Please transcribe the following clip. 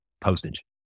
postage